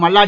Malladi